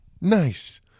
nice